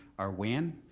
our win,